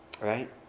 right